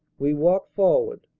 we walk forward.